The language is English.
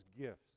gifts